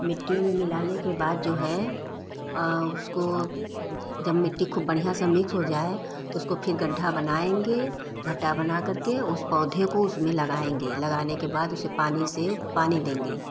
मिट्टियों में मिलाने के बाद जो है उसको जब मिट्टी खूब बढ़िया से मिक्स हो जाए तो उसको फिर गड्ढा बनायेंगे गड्ढा बना करके उस पौधे को उसमें लगायेंगे लगाने के बाद उसे पानी से पानी देंगे